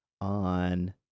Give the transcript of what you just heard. on